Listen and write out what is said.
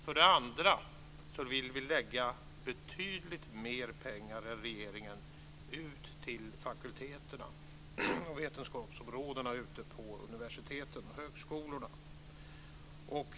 För det andra vill vi lägga betydligt mer pengar än regeringen på fakulteterna och vetenskapsområdena ute på universiteten och högskolorna.